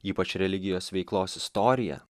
ypač religijos veiklos istoriją